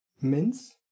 Mince